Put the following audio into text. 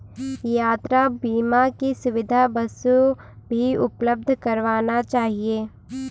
यात्रा बीमा की सुविधा बसों भी उपलब्ध करवाना चहिये